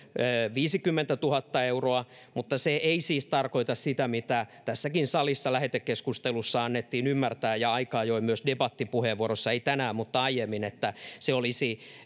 viisikymmentätuhatta euroa mutta se ei siis tarkoita sitä mitä tässäkin salissa lähetekeskustelussa annettiin ymmärtää ja aika ajoin myös debattipuheenvuoroissa ei tänään mutta aiemmin